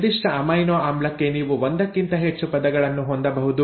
ನಿರ್ದಿಷ್ಟ ಅಮೈನೊ ಆಮ್ಲಕ್ಕೆ ನೀವು ಒಂದಕ್ಕಿಂತ ಹೆಚ್ಚು ಪದಗಳನ್ನು ಹೊಂದಬಹುದು